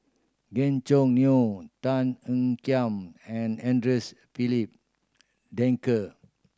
Gan Choo Neo Tan Ean Kiam and Andre's Filipe Desker